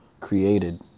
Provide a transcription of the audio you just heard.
created